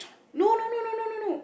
no no no no no no no